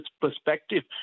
perspective